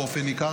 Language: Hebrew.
באופן ניכר,